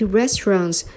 restaurants